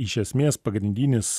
iš esmės pagrindinis